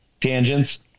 tangents